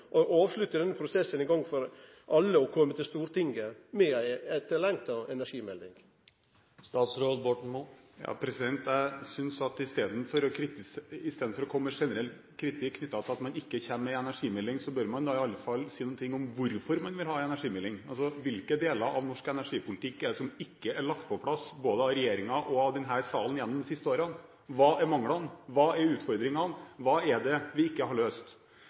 og avslutte denne prosessen ein gong for alle og kome til Stortinget med ei etterlengta energimelding? Jeg synes at i stedet for å komme med generell kritikk knyttet til at man ikke kommer med en energimelding, bør man i alle fall si noe om hvorfor man vil ha en energimelding – altså: Hvilke deler av norsk energipolitikk er det som ikke er lagt på plass av både regjeringen og denne salen de siste årene? Hva er manglene? Hva er utfordringene? Hva er det vi ikke har løst?